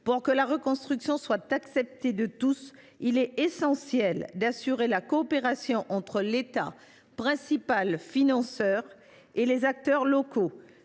Pour que la reconstruction soit acceptée de tous, il est essentiel d’assurer la coopération entre l’État, principal financeur, et les acteurs locaux.